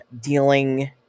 dealing